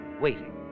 waiting